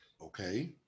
okay